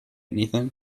anything